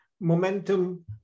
Momentum